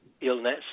illness